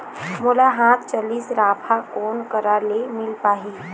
मोला हाथ चलित राफा कोन करा ले मिल पाही?